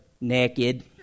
naked